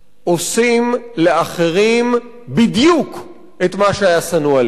עושים לאחרים בדיוק את מה שהיה שנוא עלינו.